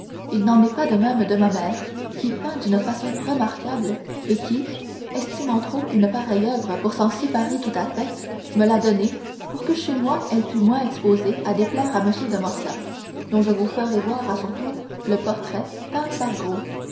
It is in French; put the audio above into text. il n'en est pas de même de ma mère qui peint d'une façon remarquable et qui estimant trop une pareille oeuvre pour s'en séparer tout à fait me l'a donnée pour que chez moi elle fût moins exposée à déplaire à m de morcerf dont je vous ferai voir à son tour le portrait peint par gros